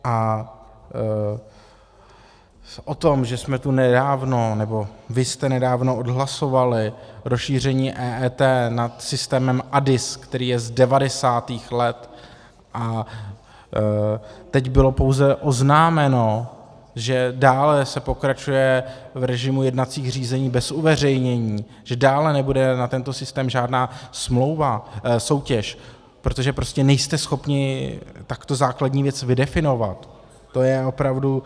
A o tom, že jsme tu nedávno nebo vy jste nedávno odhlasovali rozšíření EET nad systémem ADIS, který je z devadesátých let, a teď bylo pouze oznámeno, že dále se pokračuje v režimu jednacích řízení bez uveřejnění, že dále nebude na tento systém žádná soutěž, protože prostě nejste schopni takto základní věc vydefinovat, to je opravdu...